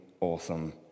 awesome